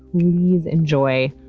please enjoy,